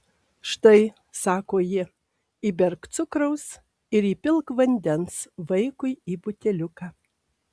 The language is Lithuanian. štai sako ji įberk cukraus ir įpilk vandens vaikui į buteliuką